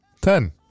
Ten